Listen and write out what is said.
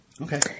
Okay